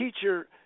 teacher